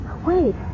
Wait